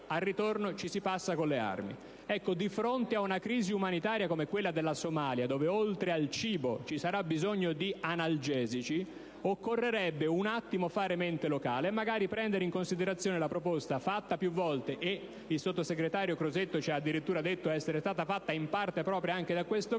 al ritorno ci si passa con le armi. Ecco, di fronte ad una crisi umanitaria come quella della Somalia, dove oltre al cibo ci sarà bisogno di analgesici, occorrerebbe un attimo fare mente locale, e magari prendere in considerazione la proposta fatta più volte - che il sottosegretario Crosetto ci ha addirittura detto essere stata fatta in parte proprio anche da questo